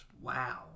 Wow